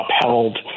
upheld